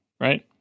right